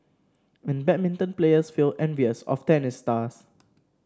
and badminton players feel envious of tennis stars